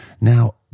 Now